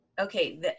Okay